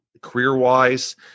career-wise